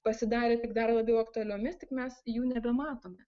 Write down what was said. pasidarė tik dar labiau aktualiomis tik mes jų nebematome